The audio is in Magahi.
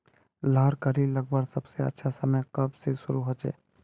लहर कली लगवार सबसे अच्छा समय कब से शुरू होचए?